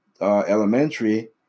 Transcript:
Elementary